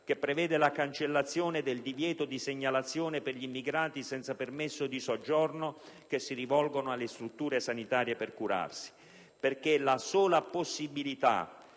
che prevede la cancellazione del divieto di segnalazione per gli immigrati senza permesso di soggiorno che si rivolgono alle strutture sanitarie per curarsi, perché la sola possibilità